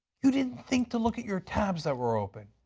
you didn't think to look at your tabs that were open?